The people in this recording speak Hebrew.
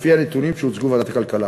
לפי הנתונים שהוצגו בוועדת הכלכלה.